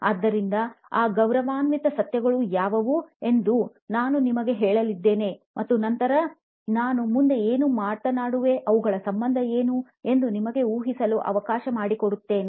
ಆದ್ದರಿಂದ ಆ ಗೌರವಾನ್ವಿತ ಸತ್ಯಗಳು ಯಾವುವು ಎಂದು ನಾನು ನಿಮಗೆ ಹೇಳಲಿದ್ದೇನೆ ಮತ್ತು ನಂತರ ನಾನು ಮುಂದೆ ಏನು ಮಾತನಾಡುವೆ ಅವುಗಳ ಸಂಬಂಧ ಏನು ಎಂದು ನಿಮಗೆ ಊಹಿಸಲು ಅವಕಾಶ ಮಾಡಿಕೊಡುತ್ತೇನೆ